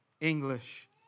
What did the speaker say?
English